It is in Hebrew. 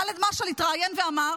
חאלד משעל התראיין ואמר